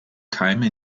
keime